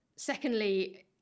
Secondly